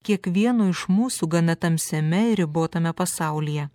kiekvieno iš mūsų gana tamsiame ir ribotame pasaulyje